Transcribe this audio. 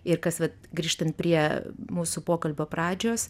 ir kas vat grįžtant prie mūsų pokalbio pradžios